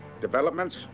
Developments